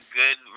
good